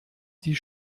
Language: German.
die